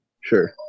sure